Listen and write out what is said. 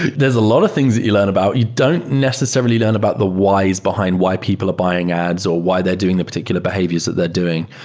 a lot of things that you learn about. you don't necessarily learn about the whys behind why people are buying ads or why they're doing the particular behaviors that they're doing.